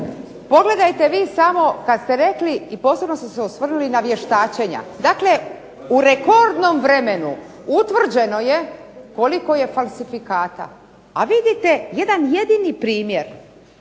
Pogledajte vi samo kad ste rekli, i posebno ste se osvrnuli na vještačenja. Dakle u rekordnom vremenu utvrđeno je koliko je falsifikata, a vidite jedan jedini primjer,